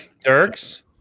Dirks